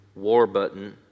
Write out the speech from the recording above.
Warbutton